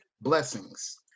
blessings